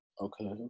okay